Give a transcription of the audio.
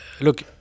look